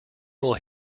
will